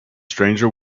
stranger